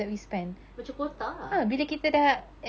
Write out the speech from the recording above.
macam quota ah